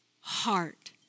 heart